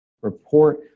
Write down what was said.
report